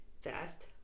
Fast